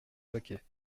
paquet